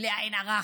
בלי עין הרע.